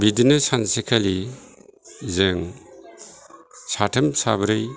बिदिनो सानसेखालि जों साथाम साब्रै